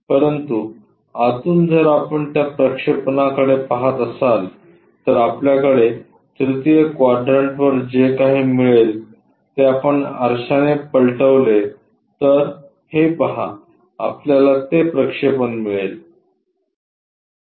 परंतु आतून जर आपण त्या प्रक्षेपणाकडे पहात असाल तर आपल्याकडे तृतीय क्वाड्रन्टवर जे काही मिळेल ते आपण आरशाने पलटवले तर हे पहा आपल्याला ते प्रक्षेपण मिळेल